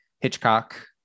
hitchcock